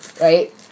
right